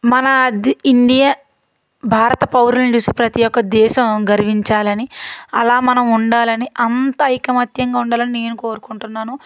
మన ఇండియా భారత పౌరులను చూసి ప్రతీ ఒక్క దేశం గర్వించాలని అలా మనం ఉండాలని అంత ఐకమత్యంగా ఉండాలని నేను కోరుకుంటున్నాను